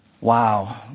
Wow